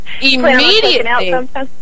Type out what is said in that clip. immediately